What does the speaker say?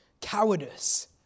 cowardice